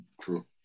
True